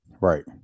Right